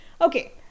Okay